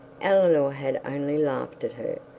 eleanor had only laughed at her,